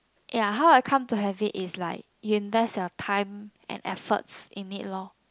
ya how I come to have it you invest your time and effort in it loh